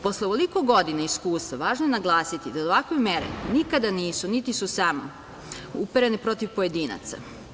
Posle ovoliko godina iskustva, važno je naglasiti da ovakve mere nikada nisu niti su samo uperene protiv pojedinaca.